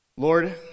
Lord